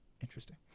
Interesting